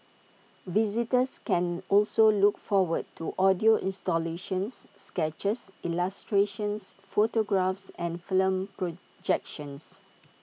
visitors can also look forward to audio installations sketches illustrations photographs and film projections